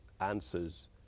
answers